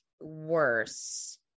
worse